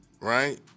Right